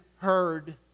heard